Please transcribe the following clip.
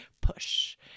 push